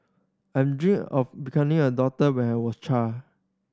I'm dream of becoming a doctor when I was a child